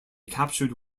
captured